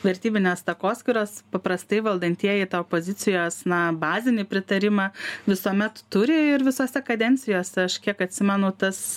vertybinės takoskyros paprastai valdantieji tą pozicijos na bazinį pritarimą visuomet turi ir visose kadencijose aš kiek atsimenu tas